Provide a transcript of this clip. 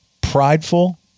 prideful